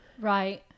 Right